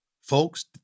folks